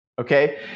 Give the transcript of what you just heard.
Okay